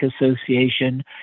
Association